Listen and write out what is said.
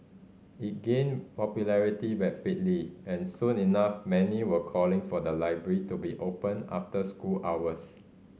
it gained popularity rapidly and soon enough many were calling for the library to be opened after school hours